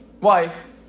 wife